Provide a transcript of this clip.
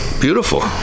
beautiful